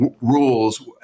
rules